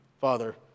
Father